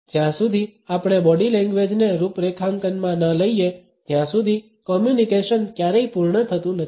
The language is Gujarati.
જ્યાં સુધી આપણે બોડી લેંગ્વેજને રૂપરેખાંકનમાં ન લઈએ ત્યાં સુધી કોમ્યુનિકેશન ક્યારેય પૂર્ણ થતુ નથી